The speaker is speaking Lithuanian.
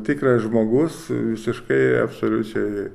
tikras žmogus visiškai absoliučiai